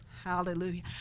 Hallelujah